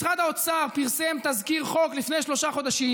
משרד האוצר פרסם תזכיר חוק לפני שלושה חודשים,